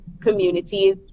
communities